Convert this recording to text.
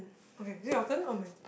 okay is it your turn or mine